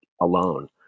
alone